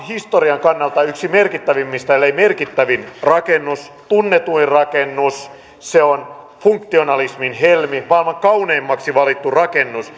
historian kannalta yksi merkittävimmistä ellei merkittävin rakennus tunnetuin rakennus funktionalismin helmi maailman kauneimmaksi valittu rakennus